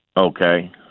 Okay